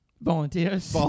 Volunteers